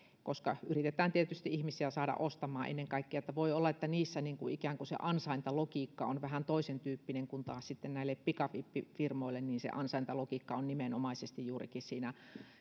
koska yritetään tietysti ihmisiä saada ostamaan ennen kaikkea voi olla että niissä ikään kuin se ansaintalogiikka on vähän toisentyyppinen kun taas sitten näille pikavippifirmoille ansaintalogiikka on nimenomaisesti juurikin siinä